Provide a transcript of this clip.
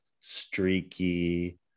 streaky